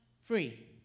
free